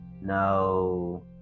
no